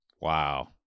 Wow